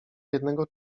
jednego